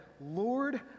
Lord